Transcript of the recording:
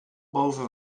boven